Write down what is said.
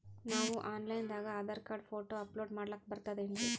ನಾವು online ದಾಗ Aadhaar card, photo upload ಮಾಡ್ಲಕ ಬರ್ತದೇನ್ರಿ?